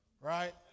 Right